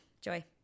Joy